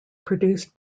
produced